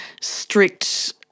strict